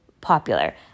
popular